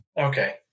Okay